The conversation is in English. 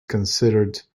considered